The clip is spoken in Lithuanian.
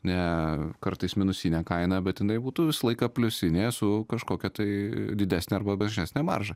ne kartais minusinę kainą bet jinai būtų visą laiką pliusinė su kažkokia tai didesne arba mažesne marža